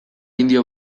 indio